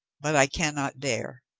but i can not dare.